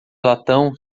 latão